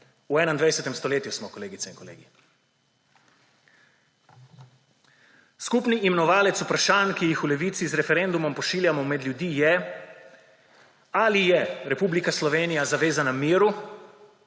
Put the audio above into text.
V 21. stoletju smo, kolegice in kolegi! Skupni imenovalec vprašanj, ki jih v Levici z referendumom pošiljamo med ljudi, je, ali je Republika Slovenija zavezana miru